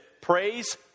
Praise